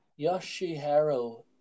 Yoshihiro